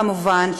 כמובן,